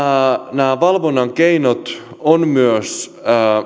nämä valvonnan keinot on myös